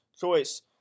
choice